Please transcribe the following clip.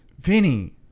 Vinny